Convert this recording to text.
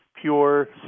pure